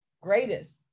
Greatest